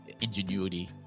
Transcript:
ingenuity